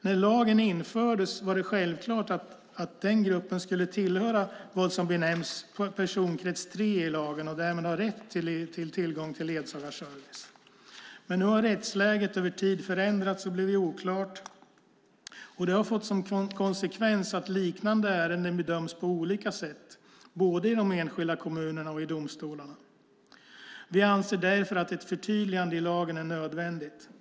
När lagen infördes var det självklart att denna grupp skulle tillhöra vad som benämns personkrets 3 i lagen och därmed ha rätt till ledsagarservice. Nu har dock rättsläget över tid förändrats och blivit oklart. Det har fått som konsekvens att liknande ärenden bedöms på olika sätt både i de olika enskilda kommunerna och i domstolarna. Vi anser därför att ett förtydligande i lagen är nödvändigt.